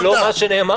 זה לא מה שנאמר פה.